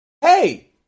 Hey